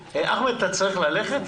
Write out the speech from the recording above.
אחמד טיבי, אתה צריך ללכת?